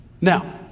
now